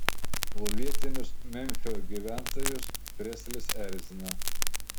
o vietinius memfio gyventojus preslis erzina